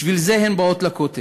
בשביל זה הן באות לכותל.